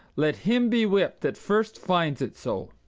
let him be whipped that first finds it so.